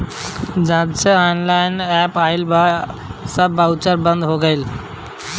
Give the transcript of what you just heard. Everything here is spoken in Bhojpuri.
जबसे ऑनलाइन एप्प आईल बा इ सब बाउचर बंद हो गईल